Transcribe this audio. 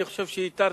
אתה מוזמן